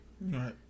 Right